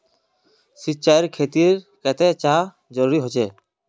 सिंचाईर खेतिर केते चाँह जरुरी होचे?